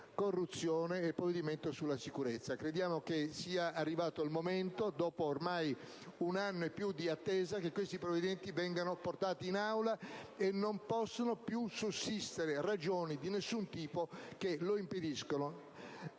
corruzione e sulla sicurezza. Credo sia arrivato il momento, dopo ormai un anno e più di attesa, che questi provvedimenti vengano portati in Aula non potendo più sussistere ragioni di alcun tipo per impedirlo.